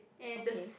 okay